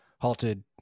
halted